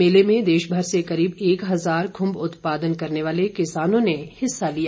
मेले में देश भर से करीब एक हजार खुम्ब उत्पादन करने वाले किसानों ने हिस्सा लिया